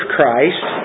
Christ